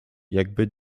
jakby